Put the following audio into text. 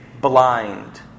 blind